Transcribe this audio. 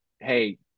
hey